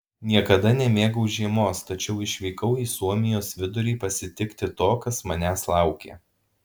niekada nemėgau žiemos tačiau išvykau į suomijos vidurį pasitikti to kas manęs laukė